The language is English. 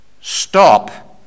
Stop